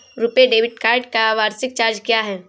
RuPay debit card का वार्षिक charge क्या है?